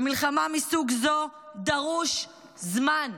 במלחמה מסוג זה דרוש זמן.